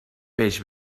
peix